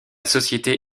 société